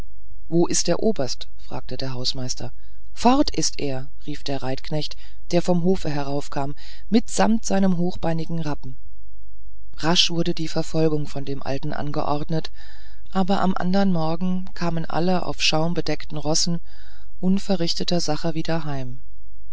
wo ist der oberst fragte der hausmeister fort ist er rief der reitknecht der vom hofe heraufkam mitsamt seinem hochbeinigen rappen rasch wurde die verfolgung von dem alten angeordnet aber am andern morgen kamen alle auf schaumbedeckten rossen unverrichtetersache wieder heim